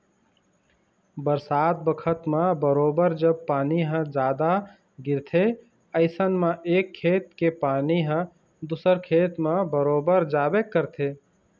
बरसात बखत म बरोबर जब पानी ह जादा गिरथे अइसन म एक खेत के पानी ह दूसर खेत म बरोबर जाबे करथे